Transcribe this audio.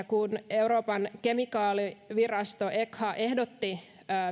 kun euroopan kemikaalivirasto echa ehdotti